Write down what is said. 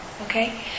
Okay